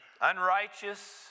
unrighteous